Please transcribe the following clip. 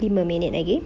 lima minute lagi